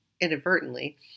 inadvertently